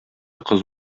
кыз